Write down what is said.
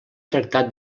tractat